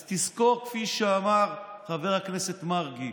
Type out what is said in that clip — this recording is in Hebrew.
אז תזכור, כפי שאמר חבר הכנסת מרגי: